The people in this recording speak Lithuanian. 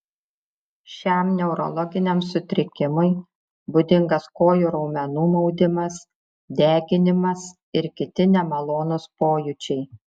šiam neurologiniam sutrikimui būdingas kojų raumenų maudimas deginimas ir kiti nemalonūs pojūčiai